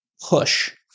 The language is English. Push